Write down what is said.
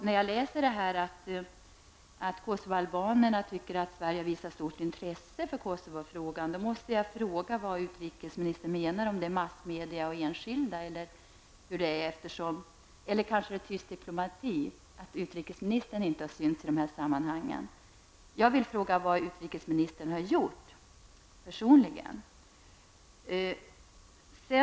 När jag läser i utrikesministerns svar att Kosovoalbaner tycker att Sverige visar stort intresse för Kosovofrågan, måste jag fråga vad utrikesministern menar. Menar man han massmedia och enskilda? Kanske är det tyst diplomati att utrikesministern inte syns i dessa sammanhang. Jag vill fråga vad utrikesministern har gjort personligen.